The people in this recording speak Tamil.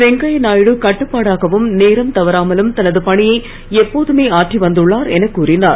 வெங்கய்யா நாயுடு கட்டுபாடாகவும் நேரம் தவறாமலும் தனது பணியை எப்போதுமே அற்றி வந்துள்ளார் என கூறினார்